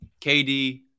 KD